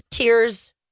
tears